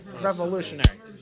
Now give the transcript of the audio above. Revolutionary